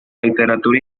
literatura